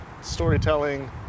storytelling